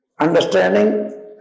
understanding